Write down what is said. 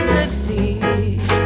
succeed